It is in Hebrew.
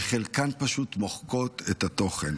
וחלקן פשוט מוחקות את התוכן.